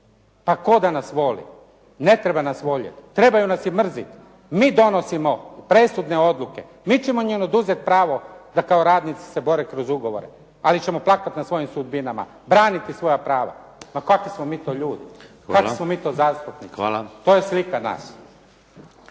pa tko da nas voli, ne treba nas voljeti, trebaju nas i mrziti. Mi donosimo presudne odluke. Mi ćemo im oduzeti pravo da kao radnici se bore kroz ugovore. Ali ćemo plakati na svojim sudbinama, braniti svoja prava. Ma kakvi smo mi to ljudi, kakvi smo mi to zastupnici. To je slika nas.